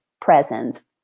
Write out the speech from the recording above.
presence